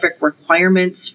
requirements